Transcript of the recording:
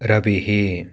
रविः